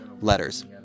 letters